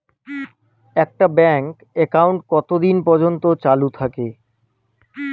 একটা bank account কতদিন পর্যন্ত চালু থাকে?